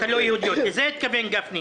לעדוֹת לא יהודיות" לזה התכוון גפני,